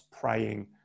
praying